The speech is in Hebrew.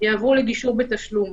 יעברו לגישור בתשלום.